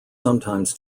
sometimes